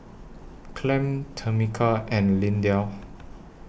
Clem Tamica and Lindell